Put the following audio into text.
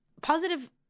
positive